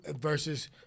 versus